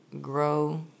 grow